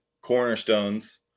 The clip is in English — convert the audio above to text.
Cornerstones